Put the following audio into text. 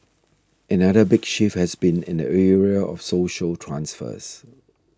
another big shift has been in the area of social transfers